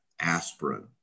aspirin